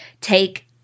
take